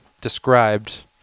described